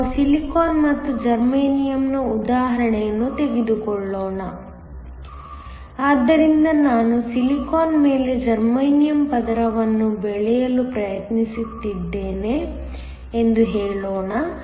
ಆದ್ದರಿಂದ ನಾವು ಸಿಲಿಕಾನ್ ಮತ್ತು ಜರ್ಮೇನಿಯಮ್ನ ಉದಾಹರಣೆಯನ್ನು ತೆಗೆದುಕೊಳ್ಳೋಣ ಆದ್ದರಿಂದ ನಾನು ಸಿಲಿಕಾನ್ ಮೇಲೆ ಜರ್ಮೇನಿಯಮ್ ಪದರವನ್ನು ಬೆಳೆಯಲು ಪ್ರಯತ್ನಿಸುತ್ತಿದ್ದೇನೆ ಎಂದು ಹೇಳೋಣ